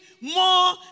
more